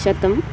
शतम्